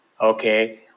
okay